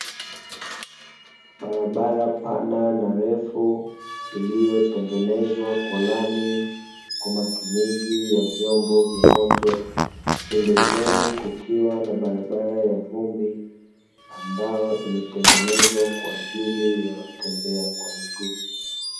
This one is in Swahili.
Barabara pana na refu iliyotengenezwa kwa lami kwa matumizi ya vyombo vya moto, pembezoni kukiwa na barabara ya vumbi ambayo imetengenezwa kwaajili ya watembea kwa miguu.